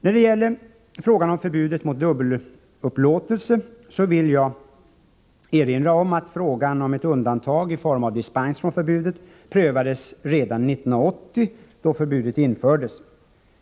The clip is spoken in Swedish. När det gäller frågan om förbudet mot dubbelupplåtelse vill jag erinra om att spörsmålet om ett undantag i form av dispens från förbudet prövades redan 1980—-samma år som förbudet infördes.